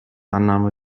annahme